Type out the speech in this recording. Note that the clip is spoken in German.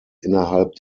innerhalb